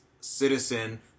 citizen